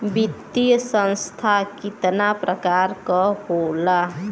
वित्तीय संस्था कितना प्रकार क होला?